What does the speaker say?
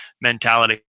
mentality